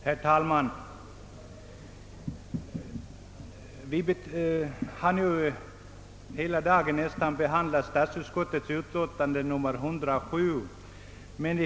Herr talman! Vi har under en stor del av dagen behandlat statsutskottets utlåtande nr 107.